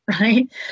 right